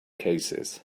cases